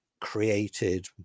created